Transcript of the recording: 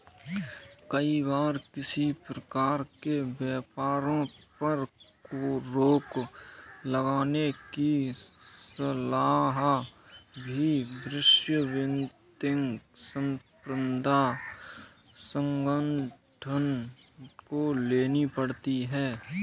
कई बार किसी प्रकार के व्यापारों पर रोक लगाने की सलाह भी विश्व बौद्धिक संपदा संगठन को लेनी पड़ती है